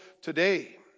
today